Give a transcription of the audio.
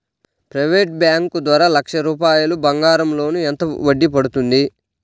Private bank ద్వారా లక్ష రూపాయలు బంగారం లోన్ ఎంత వడ్డీ పడుతుంది?